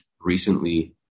recently